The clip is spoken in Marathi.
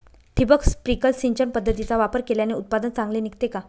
ठिबक, स्प्रिंकल सिंचन पद्धतीचा वापर केल्याने उत्पादन चांगले निघते का?